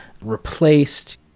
replaced